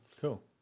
Cool